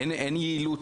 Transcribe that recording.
אין יעילות?